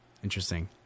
Interesting